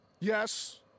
Yes